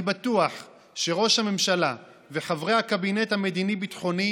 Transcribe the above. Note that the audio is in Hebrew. אני בטוח שראש הממשלה וחברי הקבינט המדיני-ביטחוני